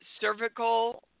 cervical